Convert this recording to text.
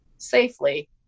safely